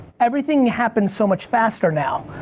everything happens so much faster now.